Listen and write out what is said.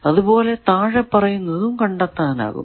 അതുപോലെ താഴെ പറയുന്നതും കണ്ടെത്താനാകും